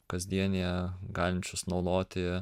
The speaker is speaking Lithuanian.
kasdienėje galinčius naudoti